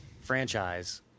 franchise